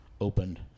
opened